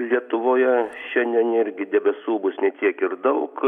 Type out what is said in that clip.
lietuvoje šiandien irgi debesų bus ne tiek ir daug